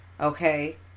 Okay